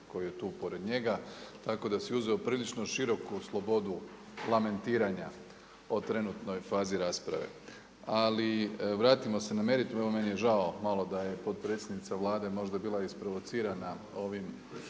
koji je tu pored njega tako da si je uzeo prilično široku slobodu lamentiranja o trenutnoj fazi rasprave. Ali vratimo se na meritum, evo meni je žao da je malo potpredsjednica Vlade možda bila isprovocirana ovim